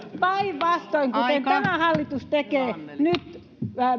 päinvastoin kuin tämä hallitus tekee nyt